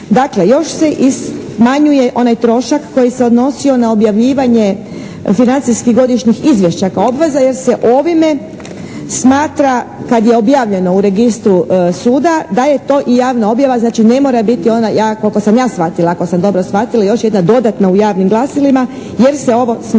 Dakle, još se i smanjuje i onaj trošak koji se odnosio na objavljivanje financijskih godišnjih izvješća kao obveza jer se ovime smatra kad je objavljeno u Registru suda da je to i javna objava. Znači, ne mora biti ona, ja koliko sam ja shvatila ako sam dobro shvatila, još jedna dodatna u javnim glasilima jer se ovo smatra